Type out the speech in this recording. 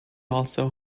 also